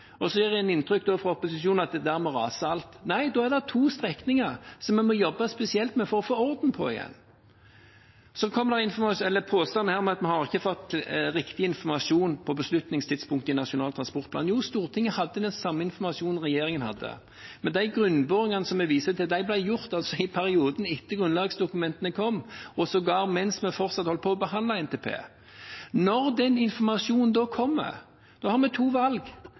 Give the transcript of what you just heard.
Og så gir opposisjonen inntrykk av at dermed raser alt. Nei, det er to strekninger vi må jobbe spesielt med for å få orden på igjen. Så kom det en påstand her om at en ikke hadde fått riktig informasjon på beslutningstidspunktet for Nasjonal transportplan. Jo, Stortinget hadde den samme informasjonen som regjeringen hadde. De grunnboringene vi viste til, ble gjort i perioden etter at grunnlagsdokumentene kom, sågar mens vi fortsatt holdt på å behandle NTP. Når den informasjonen da kommer, har vi to valg.